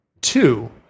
Two